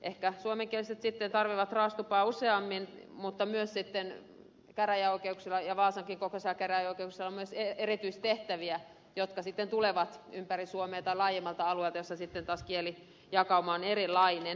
ehkä suomenkieliset sitten tarvitsevat raastupaa useammin mutta käräjäoikeuksilla ja vaasankin kokoisella käräjäoikeudella on myös erityistehtäviä jotka tulevat ympäri suomea tai laajemmalta alueelta missä taas kielijakauma on erilainen